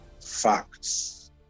facts